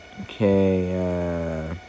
Okay